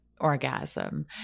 orgasm